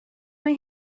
mae